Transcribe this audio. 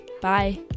Bye